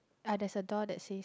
uh there's a door that says